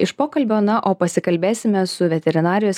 iš pokalbio na o pasikalbėsime su veterinarijos